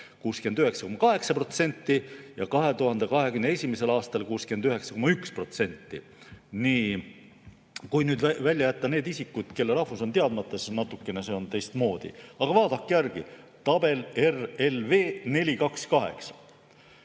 69,8% ja 2021. aastal 69,1%. Kui nüüd välja jätta need isikud, kelle rahvus on teadmata, siis on see natukene teistmoodi. Aga vaadake järgi: tabel RLV428.